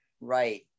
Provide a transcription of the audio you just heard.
Right